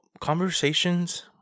conversations